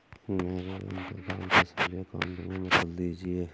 मेरे bank account को salary account में बदल दीजिए